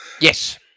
Yes